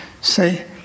say